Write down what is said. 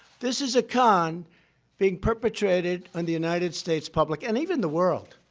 this is a con being perpetrated on the united states public and even the world.